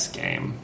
game